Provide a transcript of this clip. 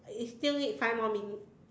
you still need five more minutes